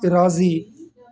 राज़ी